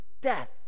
death